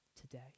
today